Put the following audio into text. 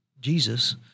Jesus